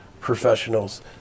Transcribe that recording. professionals